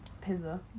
pizza